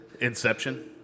Inception